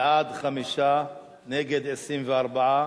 בעד, 5, נגד, 24,